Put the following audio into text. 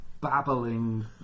babbling